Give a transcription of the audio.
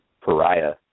pariah